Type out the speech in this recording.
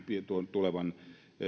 tulevan